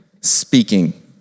speaking